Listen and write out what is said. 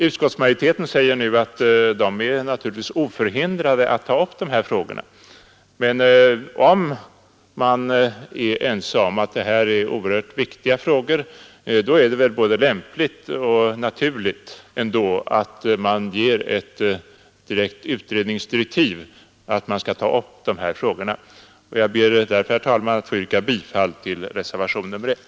Utskottsmajoriteten säger nu att utredningen naturligtvis är oförhindrad att ta upp dessa frågor. Men är vi ense om att det här är oerhört viktiga frågor är det väl både lämpligt och naturligt ändå att ge ett direkt utredningsdirektiv att frågorna skall tas upp. Jag ber därför, herr talman, att få yrka bifall till reservationen 1.